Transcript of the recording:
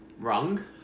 Wrong